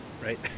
right